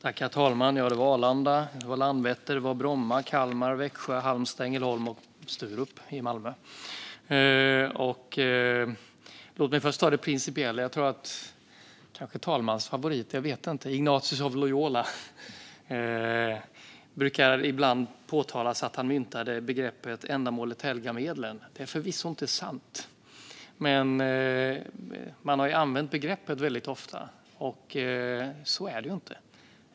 Herr talman! Ja, det var Arlanda, Landvetter, Bromma, Kalmar, Växjö, Halmstad, Ängelholm och Sturup i Malmö. Låt mig först ta det principiella. Det brukar ibland sägas att Ignatius av Loyola - kanske talmannens favorit, jag vet inte - myntade uttrycket "ändamålet helgar medlen". Det är förvisso inte sant. Man har använt uttrycket väldigt ofta, men så är det inte.